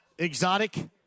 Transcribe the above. Exotic